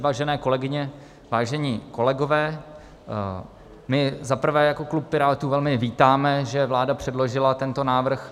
Vážené kolegyně, vážení kolegové, my za prvé jako klub Pirátů velmi vítáme, že vláda předložila tento návrh.